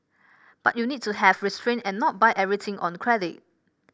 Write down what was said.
but you need to have restrain and not buy everything on credit